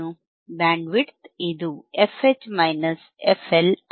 bandwidth ಇದು fH minus fL ಆಗಿದೆ